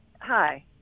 Hi